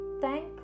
thank